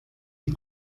die